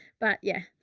but yeah,